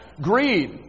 Greed